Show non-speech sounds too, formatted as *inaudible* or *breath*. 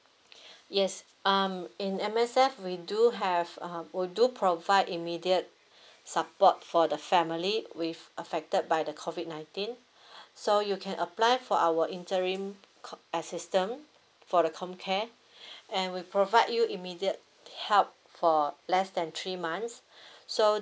yes um in M_S_F we do have um we do provide immediate *breath* support for the family with affected by the COVID nineteen *breath* so you can apply for our interim k~ assistance for the COMCARE *breath* and we provide you immediate help for less than three months *breath* so